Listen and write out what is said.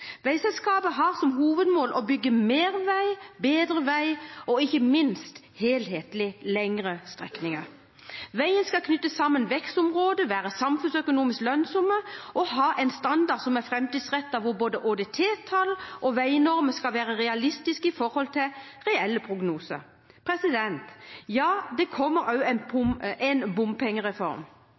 Veiselskapet har som hovedmål å bygge mer vei, bedre vei og ikke minst helhetlige, lengre strekninger. Veien skal knytte sammen vekstområder, være samfunnsøkonomisk lønnsom og ha en standard som er framtidsrettet. Både ÅDT-tall og veinormer skal være realistiske i forhold til reelle prognoser. Det kommer også en bompengereform.